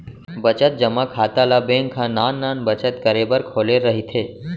बचत जमा खाता ल बेंक ह नान नान बचत करे बर खोले रहिथे